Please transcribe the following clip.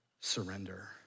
surrender